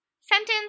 Sentence